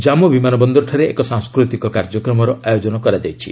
ଜନ୍ମୁ ବିମାନ ବନ୍ଦରଠାରେ ଏକ ସାଂସ୍କୃତିକ କାର୍ଯ୍ୟକ୍ରମର ଆୟୋଜନ କରାଯାଇଛି